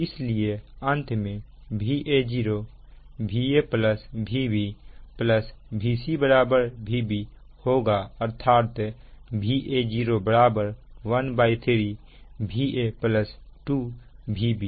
इसलिए अंत में Va0 Va Vb Vc Vb होगा अर्थात Va0 13 Va 2 Vb